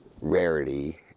rarity